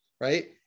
right